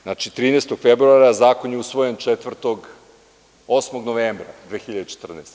Znači, 13. februara, zakon je usvojen 8. novembra 2014. godine.